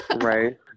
Right